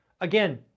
again